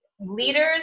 Leaders